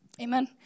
Amen